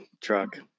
truck